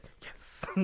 yes